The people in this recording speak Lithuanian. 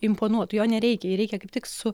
imponuotų jo nereikia jį reikia kaip tik su